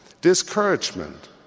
discouragement